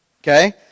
Okay